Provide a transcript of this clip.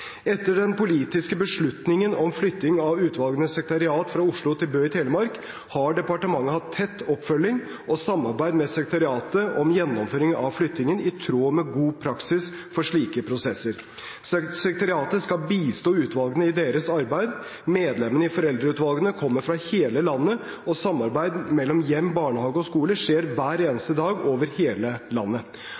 Etter den politiske beslutningen om flytting av utvalgenes sekretariat fra Oslo til Bø i Telemark har departementet hatt tett oppfølging og samarbeid med sekretariatet om gjennomføring av flyttingen, i tråd med god praksis for slike prosesser. Sekretariatet skal bistå utvalgene i deres arbeid. Medlemmene i foreldreutvalgene kommer fra hele landet, og samarbeid mellom hjem, barnehager og skoler skjer hver eneste dag over hele landet.